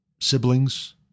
siblings